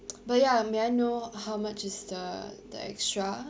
but ya may I know how much is the the extra